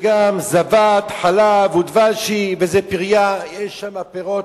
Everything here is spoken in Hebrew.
וגם זבת חלב ודבש היא וזה פריה, יש שם פירות,